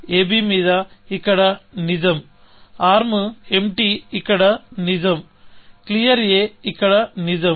ab మీద ఇక్కడ నిజం ఆర్మ్ ఎంప్టీ ఇక్కడ నిజం క్లియర్ ఇక్కడ నిజం